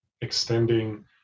extending